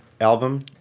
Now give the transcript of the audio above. album